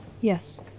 Yes